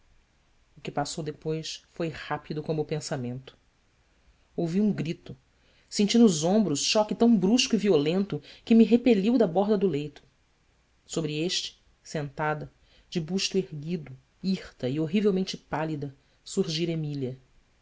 o que passou depois foi rápido como o pensamento ouvi um grito senti nos ombros choque tão brusco e violento que me repeliu da borda do leito sobre este sentada de busto erguido hirta e horrivelmente pálida surgira emília